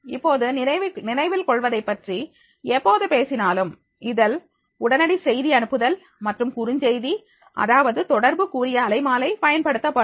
இப்போது நினைவில் கொள்வதைப் பற்றி எப்போது பேசினாலும் இதில் உடனடி செய்தி அனுப்புதல் மற்றும் குறுஞ்செய்தி அதாவது தொடர்பு கூறிய அலை மாலை பயன்படுத்தப்படும்